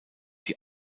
die